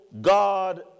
God